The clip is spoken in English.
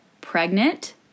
pregnant